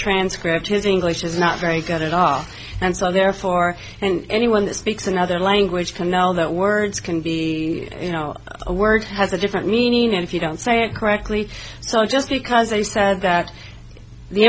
transcript his english is not very good at all and so therefore and anyone that speaks another language can know that words can be you know a word has a different meaning if you don't say it correctly so just because they said that the